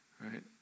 right